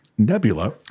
Nebula